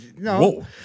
no